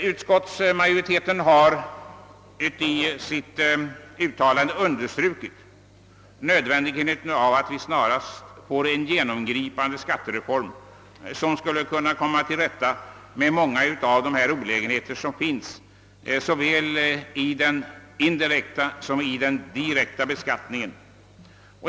Utskottsmajoriteten har i sitt uttalande understrukit nödvändigheten av att vi snarast får en genomgripande skattereform, som skulle kunna komma till rätta med många av de olägenheter som finns såväl i den indirekta som i den direkta beskattningen.